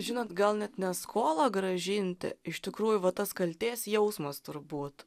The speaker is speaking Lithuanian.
žinot gal net ne skolą grąžinti iš tikrųjų va tas kaltės jausmas turbūt